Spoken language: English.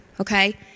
okay